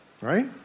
Right